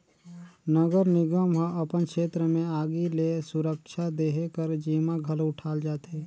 नगर निगम ह अपन छेत्र में आगी ले सुरक्छा देहे कर जिम्मा घलो उठाल जाथे